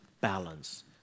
balance